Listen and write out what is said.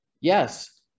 Yes